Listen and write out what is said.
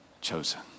chosen